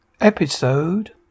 Episode